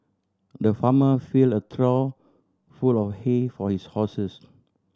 the farmer filled a trough full of hay for his horses